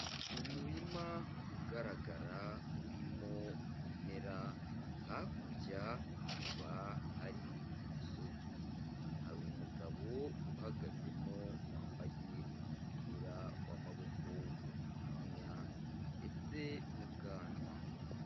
Umurima ugaragara urimo ibimera, hakurya hakaba hari umusozi, hari umugabo uhagazemo wambaye umupira w'amaboko magufinya ndetse n'ubwanwa.